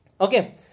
Okay